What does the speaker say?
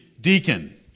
deacon